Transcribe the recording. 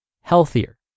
healthier